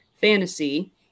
fantasy